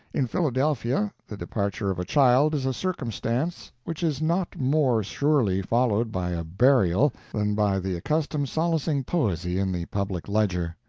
in philadelphia, the departure of a child is a circumstance which is not more surely followed by a burial than by the accustomed solacing poesy in the public ledger.